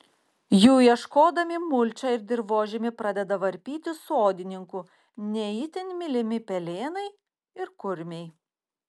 jų ieškodami mulčią ir dirvožemį pradeda varpyti sodininkų ne itin mylimi pelėnai ir kurmiai